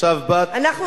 עכשיו באת, כדאי שתצטרפי.